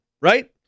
right